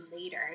later